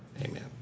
Amen